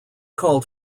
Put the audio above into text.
called